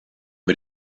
man